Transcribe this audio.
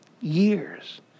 years